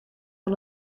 kan